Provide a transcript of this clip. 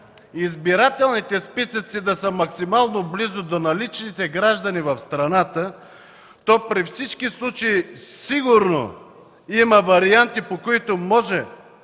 избирателните списъци да са максимално близо до наличните граждани в страната, то при всички случаи сигурно има варианти, по които може